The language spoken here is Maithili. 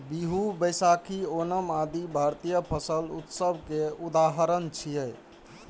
बीहू, बैशाखी, ओणम आदि भारतीय फसल उत्सव के उदाहरण छियै